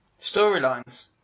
Storylines